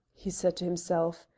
he said to himself,